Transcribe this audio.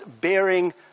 bearing